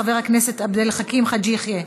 חבר הכנסת עבד אל חכים חאג' יחיא,